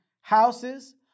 houses